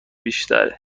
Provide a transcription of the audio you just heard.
بیشتره